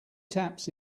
taps